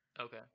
okay